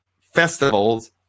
festivals